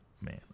man